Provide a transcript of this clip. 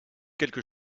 quelque